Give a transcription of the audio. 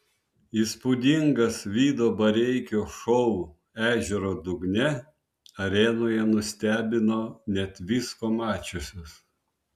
įspūdingas vido bareikio šou ežero dugne arenoje nustebino net visko mačiusius